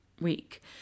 week